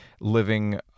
living